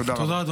תודה רבה.